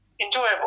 enjoyable